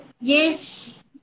Yes